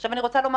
לא.